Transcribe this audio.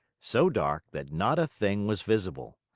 so dark that not a thing was visible.